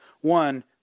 One